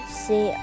see